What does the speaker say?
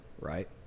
right